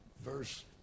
verse